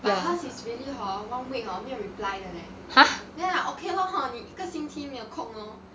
but hers is really hor one week hor 没有 reply 的 leh then I okay lor hor 你一个星期没有空 lor